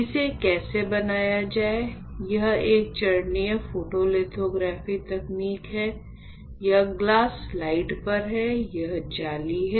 इसे कैसे बनाया जाए यह एक चरणीय फोटोलिथोग्राफी तकनीक है यह ग्लास स्लाइड पर है एक जाली है